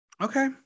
Okay